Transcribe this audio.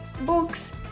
books